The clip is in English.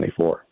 2024